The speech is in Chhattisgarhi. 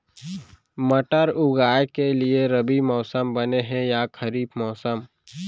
मटर उगाए के लिए रबि मौसम बने हे या खरीफ मौसम?